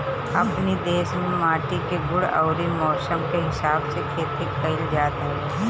अपनी देस में माटी के गुण अउरी मौसम के हिसाब से खेती कइल जात हवे